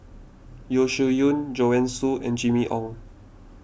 Yeo Shih Yun Joanne Soo and Jimmy Ong